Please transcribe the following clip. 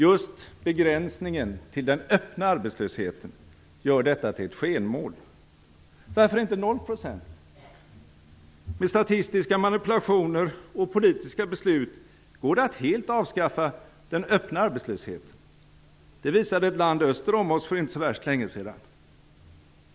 Just begränsningen till den öppna arbetslösheten gör detta till ett skenmål. Varför inte 0 %? Med statistiska manipulationer och politiska beslut går det att helt avskaffa den öppna arbetslösheten - det visade ett land öster om oss för inte så värst länge sedan.